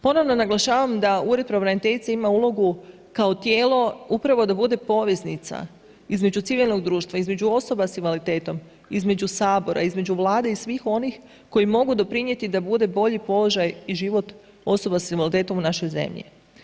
Ponovno naglašavam da ured pravobraniteljice ima ulogu kao tijelo upravo da bude poveznica između civilnog društva, između osoba sa invaliditetom, između Sabora, između Vlade i svih onih koji mogu doprinijeti da bude bolji položaj i život osoba sa invaliditetom u našoj zemlji.